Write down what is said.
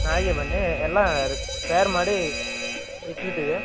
ನಾಳೆಗೆ ಬನ್ನಿ ಎಲ್ಲ ತಯಾರು ಮಾಡಿ ಇಟ್ಟಿರ್ತೀವಿ